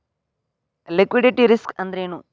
Liquidity risk ಅಂದ್ರೇನು?